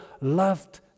loved